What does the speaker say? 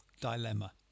dilemma